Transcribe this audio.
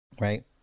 right